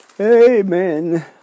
Amen